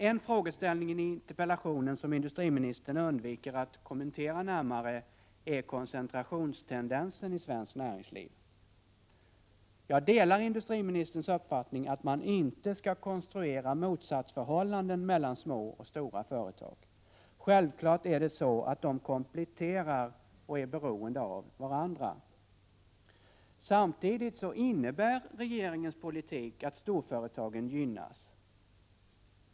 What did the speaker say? En fråga i interpellationen, som industriministern undviker att kommentera närmare, gäller koncentrationstendensen i svenskt näringsliv. Jag delar industriministerns uppfattning att man inte skall konstruera motsatsförhållanden mellan små och stora företag. Självklart är att de kompletterar och är beroende av varandra. Samtidigt innebär regeringens politik att storföretagen gynnas.